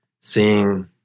seeing